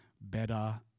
better